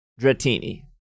Dretini